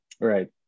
Right